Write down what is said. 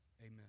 Amen